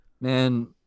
Man